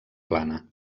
plana